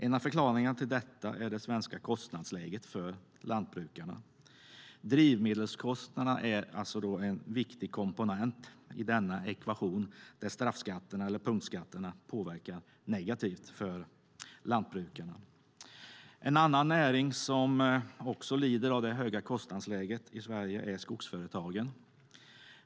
En av förklaringarna till detta är det svenska kostnadsläget för lantbrukarna. Drivmedelskostnaderna är en viktig komponent i denna ekvation där straffskatterna eller punktskatterna påverkar lantbrukarna negativt. En annan näring som lider av det höga kostnadsläget i Sverige är skogsföretagen.